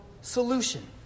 solution